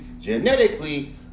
genetically